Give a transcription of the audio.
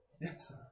Yes